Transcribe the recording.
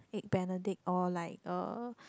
Egg Benedict or like uh